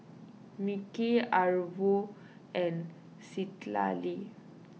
Mickie Arvo and Citlalli